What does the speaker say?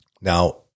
Now